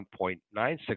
1.96%